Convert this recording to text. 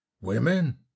women